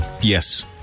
Yes